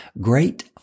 Great